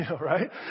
right